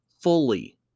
fully